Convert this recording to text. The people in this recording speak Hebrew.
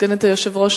סגנית היושב-ראש,